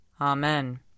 Amen